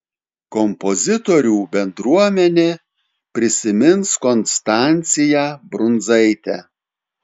kompozitorių bendruomenė prisimins konstanciją brundzaitę